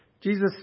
Jesus